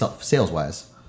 sales-wise